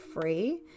free